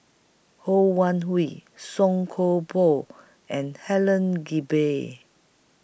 Ho Wan Hui Song Koon Poh and Helen Gilbey